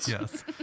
Yes